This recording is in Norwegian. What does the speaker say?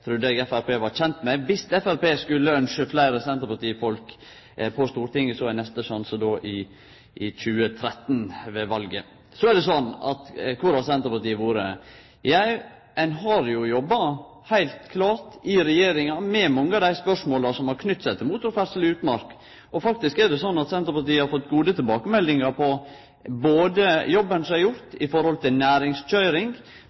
trudde eg Framstegspartiet var kjent med. Om Framstegspartiet skulle ynskje fleire senterpartifolk på Stortinget, er neste sjanse ved valet i 2013. Så: Kvar har Senterpartiet vore? Jau, vi har heilt klart jobba i regjeringa med mange av dei spørsmåla som har knytt seg til motorferdsel i utmark. Faktisk er det slik at Senterpartiet har fått gode tilbakemeldingar på jobben som er